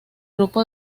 grupo